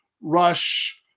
Rush